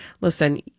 Listen